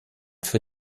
für